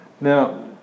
Now